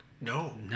no